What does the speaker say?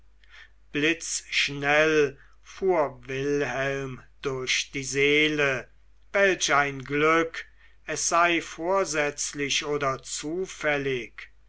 blitzschnell fuhr wilhelmen durch die seele welch ein glück es sei vorsätzlich oder zufällig